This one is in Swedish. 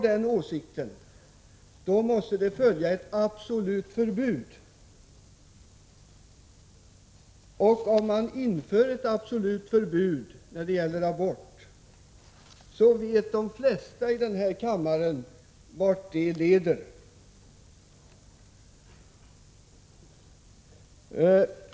Den åsikten måste leda till krav på ett absolut förbud, och om man inför ett absolut förbud mot abort, så vet de flesta i denna kammare vart det leder.